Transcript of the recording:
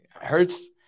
Hurts